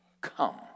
Come